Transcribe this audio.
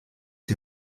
die